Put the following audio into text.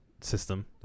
system